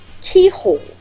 keyhole